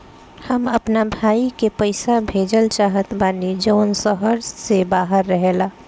हम अपना भाई के पइसा भेजल चाहत बानी जउन शहर से बाहर रहेला